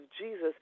Jesus